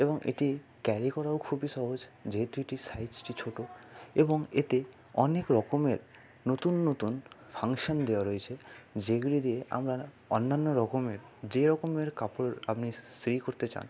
এবং এটি ক্যারি করাও খুবই সহজ যেহেতু এটি সাইজটি ছোটো এবং এতে অনেক রকমের নতুন নতুন ফাংশান দেওয়া রয়েছে যেগুলি দিয়ে আপনারা অন্যান্য রকমের যে রকমের কাপড় আপনি ইস্তিরি করতে চান